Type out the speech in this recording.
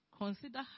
consider